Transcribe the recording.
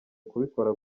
kubikora